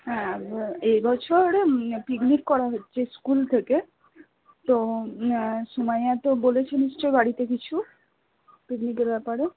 হ্যাঁ এই বছরে পিকনিক করা হচ্ছে স্কুল থেকে তো তো বলেছে নিশ্চয়ই বাড়িতে কিছু পিকনিকের ব্যাপারে